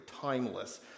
timeless